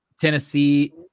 Tennessee